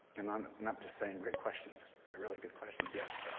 and i'm not just saying great questions, they're really good questions. yes?